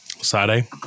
Saturday